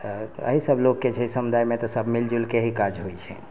एहिसभ लोकके छै समुदायमे तऽ सभ मिलिजुलिके ही काज होइ छै